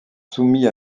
soumis